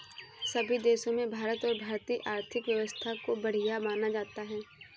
सभी देशों में भारत और भारतीय आर्थिक व्यवस्था को बढ़िया माना जाता है